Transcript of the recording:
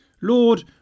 Lord